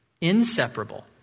inseparable